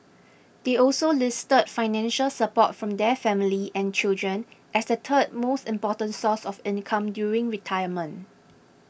they also listed financial support from their family and children as the third most important source of income during retirement